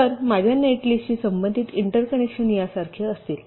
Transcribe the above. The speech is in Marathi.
तर माझ्या नेटलिस्टशी संबंधित इंटरकनेक्शन यासारखे असतील